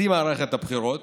בשיא מערכת הבחירות,